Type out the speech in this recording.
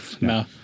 No